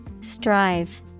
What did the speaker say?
Strive